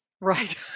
Right